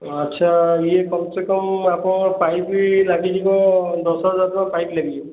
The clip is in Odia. ଆଚ୍ଛା ଇଏ କମ୍ ସେ କମ୍ ଆପଣଙ୍କର ପାଇପ୍ ଲାଗିଯିବ ଦଶ ହଜାର ଟଙ୍କାର ପାଇପ୍ ଲାଗିଯିବ